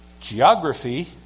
Geography